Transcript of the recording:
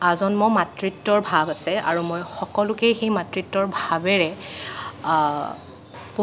আজন্ম মাতৃত্বৰ ভাৱ আছে আৰু মই সকলোকে সেই মাতৃত্বৰ ভাৱেৰে